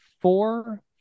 four